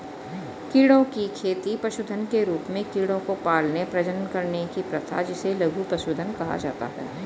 कीड़ों की खेती पशुधन के रूप में कीड़ों को पालने, प्रजनन करने की प्रथा जिसे लघु पशुधन कहा जाता है